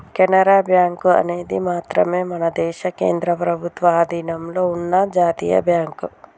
Canara bank అనేది మాత్రమే మన దేశ కేంద్ర ప్రభుత్వ అధీనంలో ఉన్న జాతీయ బ్యాంక్